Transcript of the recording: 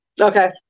Okay